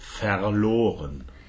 Verloren